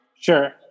Sure